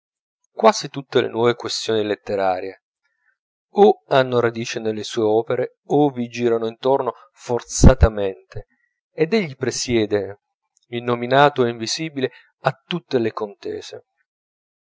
quasi tutte le nuove questioni letterarie o hanno radice nelle sue opere o vi girano intorno forzatamente ed egli presiede innominato e invisibile a tutte le contese